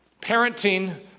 parenting